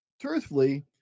Truthfully